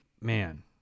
Man